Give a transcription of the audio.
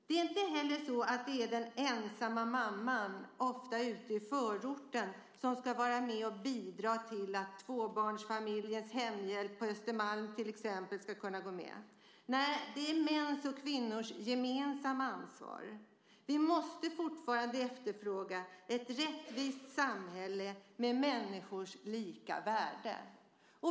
Det är inte heller så att det är den ensamma mamman, ofta ute i förorten, som ska vara med och bidra till att tvåbarnsfamiljens hemhjälp på till exempel Östermalm ska kunna gå med. Nej, det är mäns och kvinnors gemensamma ansvar. Vi måste fortfarande efterfråga ett rättvist samhälle med människors lika värde.